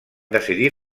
decidir